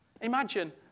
Imagine